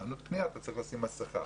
אתה צריך לשים מסכה